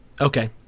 Okay